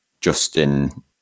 Justin